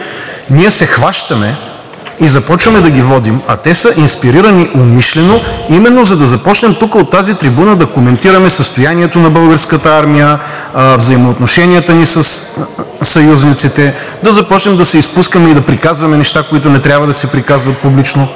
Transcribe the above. ние се хващаме и започваме да ги водим? А те са инспирирани умишлено, именно за да започнем тук от тази трибуна да коментираме състоянието на Българската армия, взаимоотношенията ни със съюзниците, да започнем да се изпускаме и да приказваме неща, които не трябва да се приказват публично.